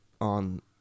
on